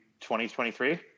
2023